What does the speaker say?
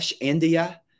India